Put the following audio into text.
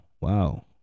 Wow